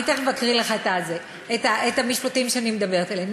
אני תכף אקריא לך את המשפטים שאני מדברת עליהם.